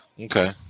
okay